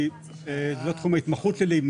כי זה תחום ההתמחות שלי,